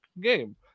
game